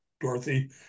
Dorothy